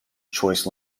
choice